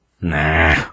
Nah